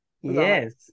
Yes